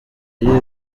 yiba